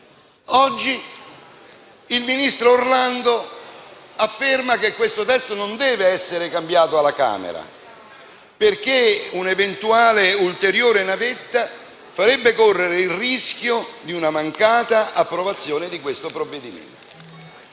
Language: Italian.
Oggi il ministro Orlando afferma che questo testo non deve essere cambiato alla Camera, perché un'eventuale e ulteriore navetta farebbe correre il rischio di una mancata approvazione del provvedimento.